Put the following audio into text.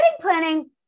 planning